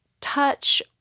touch